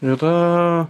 ir to